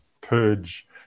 purge